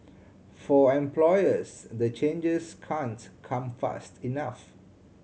for employers the changes can't come fast enough